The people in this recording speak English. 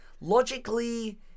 logically